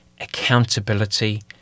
accountability